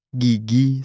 gigi